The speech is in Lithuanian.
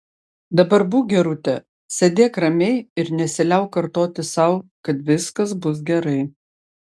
dabar būk gerutė sėdėk ramiai ir nesiliauk kartoti sau kad viskas bus gerai